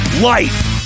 life